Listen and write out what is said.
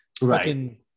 Right